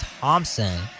Thompson